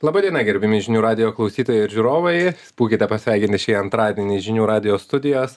laba diena gerbiami žinių radijo klausytojai ir žiūrovai būkite pasveikinti šį antradienį žinių radijo studijos